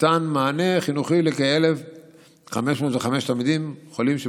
ניתן מענה חינוכי לכ-1,505 תלמידים חולים.